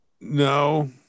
No